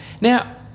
Now